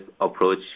approach